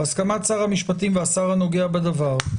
בהסכמת שר המשפטים והשר הנוגע בדבר,